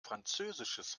französisches